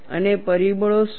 અને પરિબળો શું છે